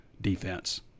defense